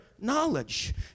knowledge